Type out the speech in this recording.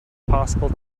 possible